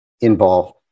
involve